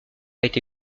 été